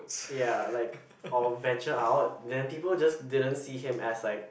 ya like or venture are odd then people just didn't see him as like